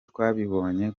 twabibonye